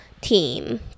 team